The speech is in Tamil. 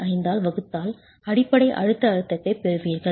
25 ஆல் வகுத்தால் அடிப்படை அழுத்த அழுத்தத்தைப் பெறுவீர்கள்